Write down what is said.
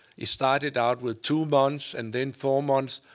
it started out with two months, and then four months.